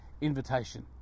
invitation